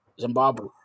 Zimbabwe